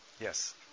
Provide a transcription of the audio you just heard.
Yes